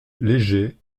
léger